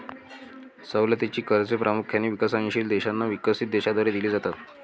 सवलतीची कर्जे प्रामुख्याने विकसनशील देशांना विकसित देशांद्वारे दिली जातात